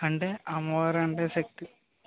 అంటే అమ్మవారు అంటే శక్తి